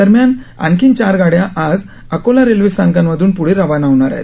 दरम्यान आणखी चार गाड्या आज अकोला रेल्वे स्थानकांमधून पुढे रवाना होणार आहेत